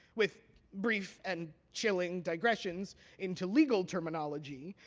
with brief and chilling digressions into legal terminology,